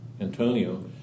Antonio